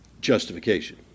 Justification